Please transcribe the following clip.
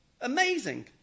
Amazing